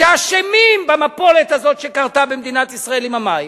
שאשמים במפולת הזאת שקרתה במדינת ישראל עם המים.